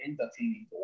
entertaining